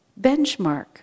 benchmark